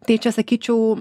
tai čia sakyčiau